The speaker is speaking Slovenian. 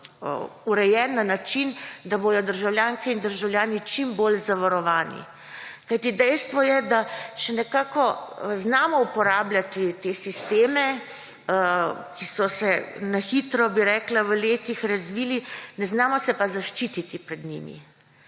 urejeno na način, da bodo državljanke in državljani čim bolj zavarovani. Kajti dejstvo je, da nekako še znamo uporabljati te sisteme, ki so se na hitro v letih razvili, ne znamo se pa zaščititi pred njimi.